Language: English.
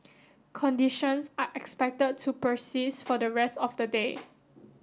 conditions are expected to persist for the rest of the day